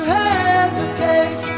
hesitate